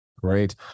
Great